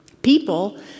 People